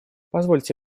позвольте